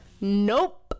Nope